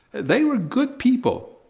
they were good people,